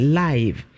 live